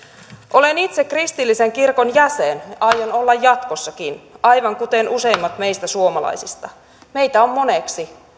olen itse kristillisen kirkon jäsen aion olla jatkossakin aivan kuten useimmat meistä suomalaisista meitä on moneksi